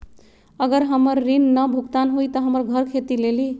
अगर हमर ऋण न भुगतान हुई त हमर घर खेती लेली?